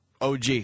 OG